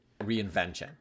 reinvention